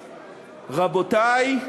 רבותי,